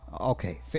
Okay